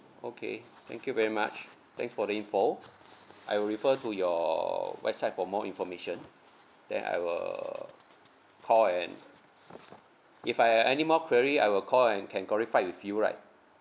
okay thank you very much thanks for the info I will refer to your website for more information then I will call and if I I need more query I will call and can qualified with you right